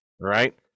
right